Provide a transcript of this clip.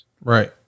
right